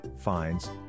fines